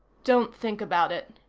don't think about it,